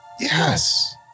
Yes